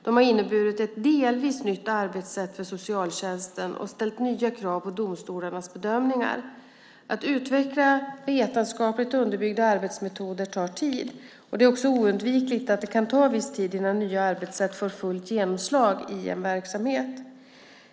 De har inneburit ett delvis nytt arbetssätt för socialtjänsten och ställt nya krav på domstolarnas bedömningar. Att utveckla vetenskapligt underbyggda arbetsmetoder tar tid. Det är också oundvikligt att det kan ta en viss tid innan nya arbetssätt får fullt genomslag i en verksamhet.